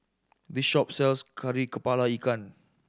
this shop sells Kari Kepala Ikan